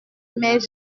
mais